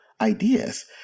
ideas